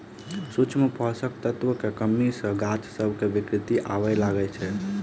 सूक्ष्म पोषक तत्वक कमी सॅ गाछ सभ मे विकृति आबय लागैत छै